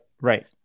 right